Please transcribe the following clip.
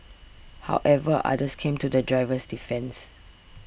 however others came to the driver's defence